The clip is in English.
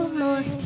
more